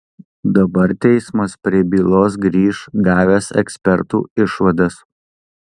dabar teismas prie bylos grįš gavęs ekspertų išvadas